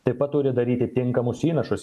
taip pat turi daryti tinkamus įnašus